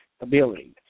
ability